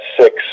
six